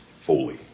fully